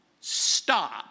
stop